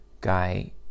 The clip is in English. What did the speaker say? guy